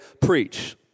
Preach